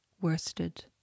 Worsted